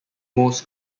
most